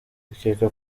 bikekwa